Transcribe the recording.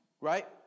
Right